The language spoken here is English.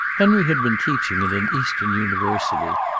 henry had been teaching in an eastern university,